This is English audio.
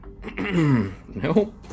No